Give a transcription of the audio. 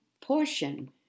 portion